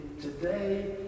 today